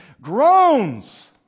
groans